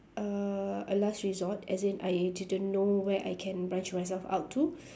uh a last resort as in I didn't know where I can branch myself out to